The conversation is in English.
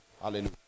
Hallelujah